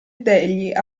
degli